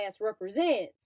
represents